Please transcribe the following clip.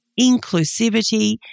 inclusivity